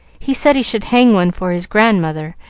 he said he should hang one for his grandmother,